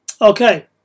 Okay